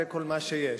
זה כל מה שיש".